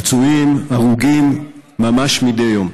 פצועים והרוגים ממש מדי יום.